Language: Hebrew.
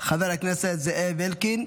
חבר הכנסת זאב אלקין,